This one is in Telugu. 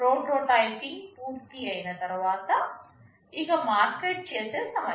ప్రోటోటైపింగ్ పూర్తయిన తర్వాత ఇక మార్కెట్ చేసే సమయం